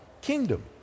kingdom